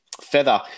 Feather